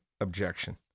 objection